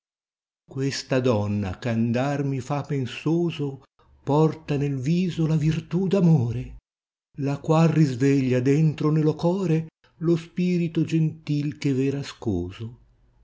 ouesta donna ch andar mi fa pensoso porta nel viso la virtù d amore la qual risveglia dentro nello core lo spirito gentil che v era ascoso